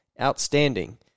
Outstanding